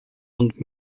und